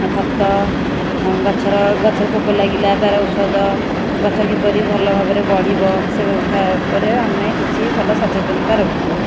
ଖତ ଗଛରେ ଗଛରେ ପୋକ ଲାଗିଲା ତା'ର ଔଷଧ ଗଛ କିପରି ଭଲଭାବରେ ବଢ଼ିବ ସେ ଭାବରେ ଆମେ କିଛି ଭଲ ସଚେତନତା ରହୁଛୁ